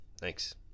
Thanks